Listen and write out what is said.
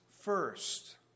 First